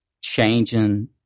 changing